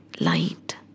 Light